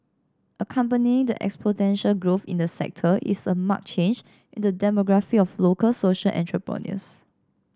accompanying the exponential growth in the sector is a marked change in the demographic of local social entrepreneurs